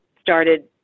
started